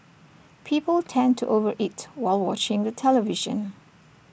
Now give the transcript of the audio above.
people tend to over eat while watching the television